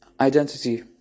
Identity